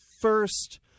first